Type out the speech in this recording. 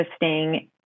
interesting